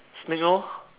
snake lor